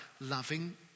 loving